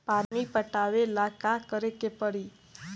पानी पटावेला का करे के परी?